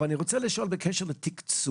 אבל אני רוצה לשאול בקשר לתקצוב.